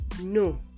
no